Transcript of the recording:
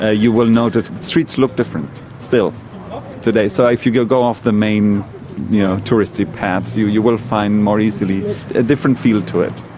ah you will notice streets look different, still today. so if you go go off the main you know touristy paths, you you will find more easily a different feel to it.